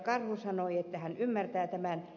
karhu sanoi että hän ymmärtää tämän